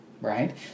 right